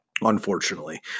unfortunately